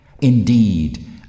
Indeed